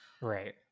right